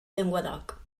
llenguadoc